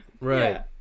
right